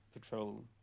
patrol